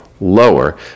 lower